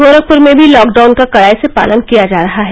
गोरखपुर में भी लॉकडाउन का कड़ाई से पालन किया जा रहा है